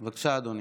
בבקשה, אדוני.